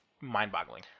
mind-boggling